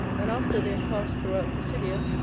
and after they had passed throughout pisidia,